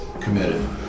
committed